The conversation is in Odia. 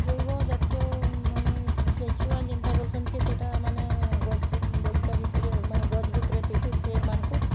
ଜୈବ ଜାତୀୟ ମାନେ କେଞ୍ଚୁଆ ଯେନ୍ତା ବୋଲୁଛନ୍ କି ସେଟା ମାନେ ଗଛ୍ ବଗିଚା ଭିତ୍ରେ ମାନେ ଗଛ୍ ଭିତ୍ରେ ଥିସି ସେର୍ମାନ୍ଙ୍କୁ